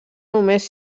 només